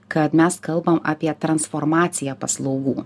kad mes kalbam apie transformaciją paslaugų